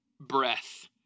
breath